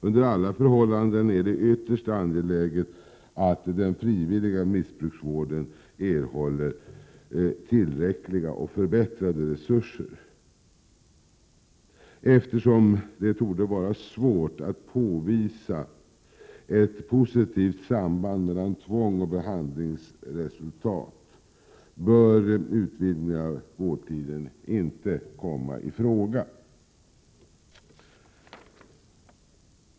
Under alla förhållanden är det ytterst angeläget att den frivilliga missbrukarvården erhåller tillräckliga och förbättrade resurser. Eftersom det torde vara svårt att påvisa ett positivt samband mellan tvång och behandlingsresultat bör en utvidgning av vårdtiden inte komma i fråga.